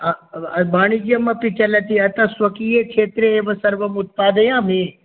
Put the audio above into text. वाणिज्यमपि चलति अतस्स्वकीये क्षेत्रे एव सर्वम् उत्पादयामि